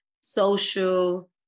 social